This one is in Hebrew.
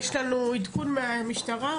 יש לנו עדכון מהמשטרה?